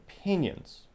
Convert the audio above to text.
opinions